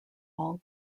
all